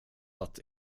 att